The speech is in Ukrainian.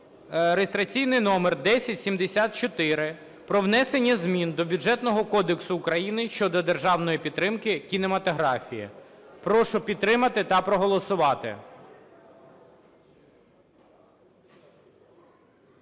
(реєстраційний номер 1074): про внесення змін до Бюджетного кодексу України щодо державної підтримки кінематографії. Прошу підтримати та проголосувати.